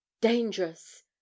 Dangerous